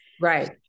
Right